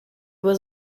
was